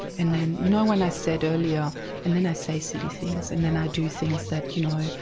and then you know when i said earlier and then i say silly things and then i do things that, you know,